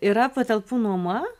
yra patalpų nuoma